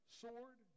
sword